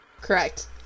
Correct